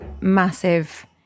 massive